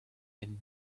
and